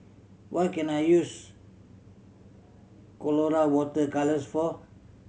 what can I use Colora Water Colours for